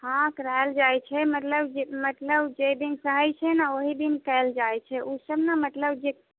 हँ कराएल जाइ छै मतलब जे मतलब जे दिन सहै छै ने ओहि दिन कएल जाइ छै ओसब ने मतलब जे